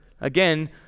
again